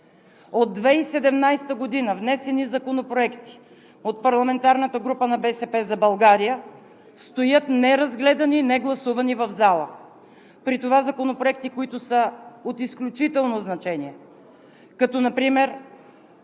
От 2017 г. внесени законопроекти от парламентарната група на „БСП за България“ стоят неразгледани, негласувани в залата, при това законопроекти, които са от изключително значение, като например